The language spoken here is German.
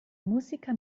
musiker